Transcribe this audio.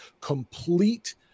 complete